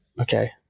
Okay